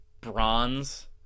bronze